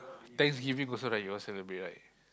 thanksgiving also right you all celebrate right